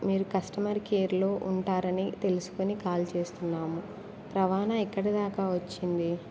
మీరు కస్టమర్ కేర్లో ఉంటారని తెలుసుకుని కాల్ చేస్తున్నాము రవాణా ఎక్కడ దాకా వచ్చింది